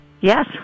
Yes